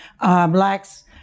Blacks